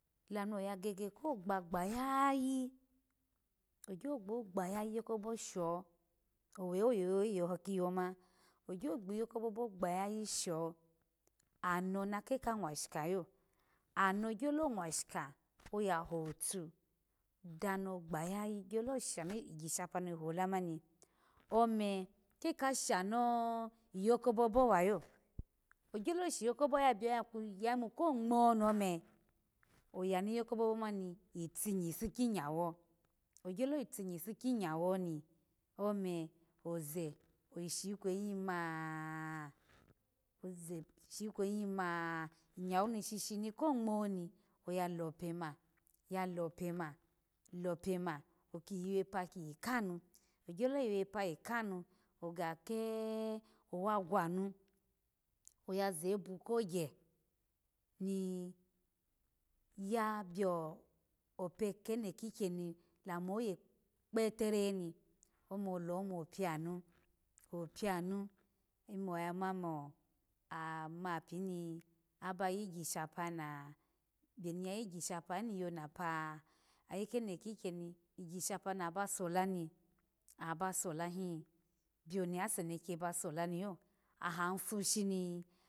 Olamu no ya gege ko gba gbayayi, ogya gba gbayayi iyoko bobo sho owe oye oyo kiyoma ogya gbeyo kobobo gboyayi sho ano, kere ka nwashika lo ano gyolo nwashika oyahotu, dano gba yayi gyolo sha ni gishapa no yihola mani ome keka shani yo kobobo wayo, gyolo sheyoko bobo oyayimu kho ngwa ome, oya mi yokobobo mani yitinyi ifu kinyo, ogyolo yitinyi ifu kinyo ome oze oyishi kiyeyima oze shikweyi ma inyo ni she shini ko ngwo ni oya lope ma lope ma lope ma kiyiwepe kiyi khanu, ogyolo yiwepe yikanu oga ke owa gwe nu, oya zevu kogya ni ya bloope keno kyeni lamu one kpetera ni, ome olume opinu opionu ome oya ma mo ama pini abayigisha pe na, abeni ya yigishape hin ni yona pa, ayikeno kyikyeni igishapa na basolani aha basolohim bioni se neke abaso ni lo aha fu shini